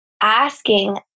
asking